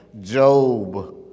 Job